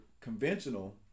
conventional